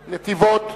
נתיבות,